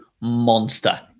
monster